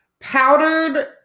powdered